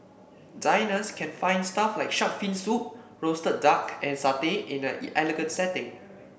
diners can find stuff like shark fin soup roasted duck and satay in an elegant setting